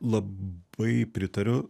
labai pritariu